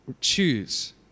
choose